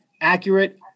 accurate